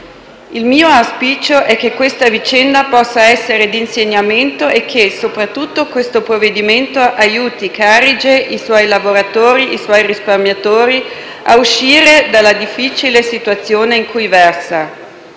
Il mio auspicio è che questa vicenda possa essere d'insegnamento e che, soprattutto, questo provvedimento aiuti Carige, i suoi lavoratori e i suoi risparmiatori a uscire dalla difficile situazione in cui versano.